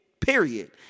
period